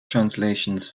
translations